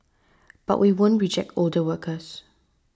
but we won't reject older workers